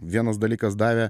vienas dalykas davė